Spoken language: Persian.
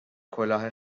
کلاه